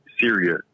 Syria